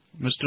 Mr